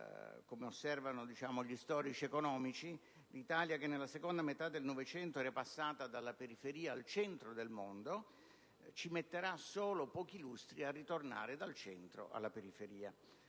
come osservano gli storici dell'economia l'Italia, che nella seconda metà del '900 era passata dalla periferia al centro del mondo, ci metterà solo pochi lustri a ritornare dal centro alla periferia.